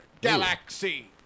Galaxy